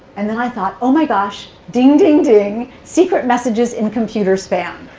and then i thought, oh my gosh, ding, ding, ding, secret messages in computer spam.